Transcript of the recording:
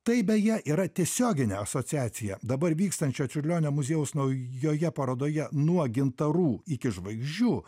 tai beje yra tiesioginė asociacija dabar vykstančio čiurlionio muziejaus naujoje parodoje nuo gintarų iki žvaigždžių